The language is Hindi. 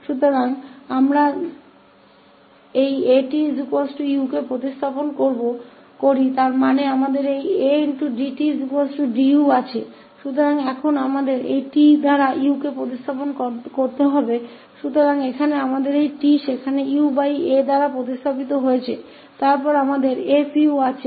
इसलिए यदि हम इसे 𝑎𝑡 𝑢 से प्रतिस्थापित करते हैं तो इसका अर्थ है कि हमारे पास 𝑎 𝑑𝑡 𝑑𝑢 है